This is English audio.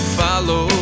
follow